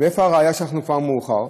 מאיפה הראיה שכבר מאוחר?